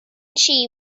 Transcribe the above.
she